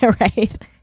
right